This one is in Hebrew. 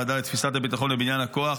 הוועדה לתפיסת הביטחון ובניין הכוח,